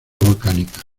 volcánicas